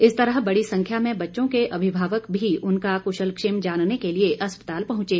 इस तरह बड़ी संख्या में बच्चों के अभिभावक भी उनका कुशलक्षेम जानने के लिए अस्पताल पहुंचे